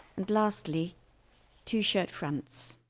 and lastly two shirt fronts.